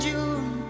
June